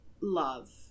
love